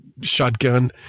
shotgun